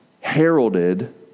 heralded